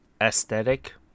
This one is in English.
aesthetic